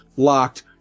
locked